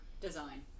design